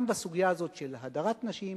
גם בסוגיה הזאת של הדרת נשים,